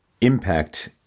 impact